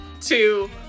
two